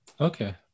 Okay